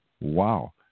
wow